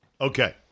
Okay